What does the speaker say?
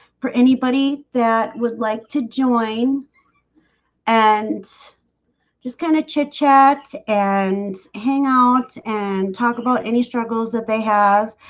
for anybody that would like to join and just kind of chitchat and hang out and talk about any struggles that they have